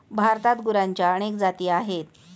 भारतात गुरांच्या अनेक जाती आहेत